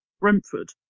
Brentford